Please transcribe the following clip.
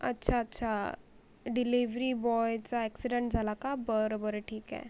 अच्छा अच्छा डिलिव्हरी बॉयचा ॲक्सिडेंट झाला का बरं बरं ठीक आहे